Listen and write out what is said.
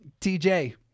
TJ